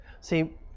See